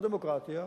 על דמוקרטיה,